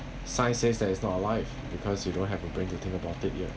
science says that is not our life because you don't have a brain to think about it yet